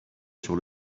sur